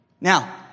Now